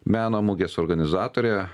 meno mugės organizatorė